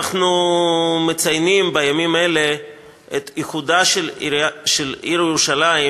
אנחנו מציינים בימים האלה את איחודה של העיר ירושלים,